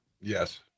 Yes